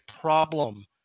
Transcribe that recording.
problem